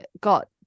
got